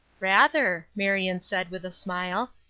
rather, marion said, with a smile,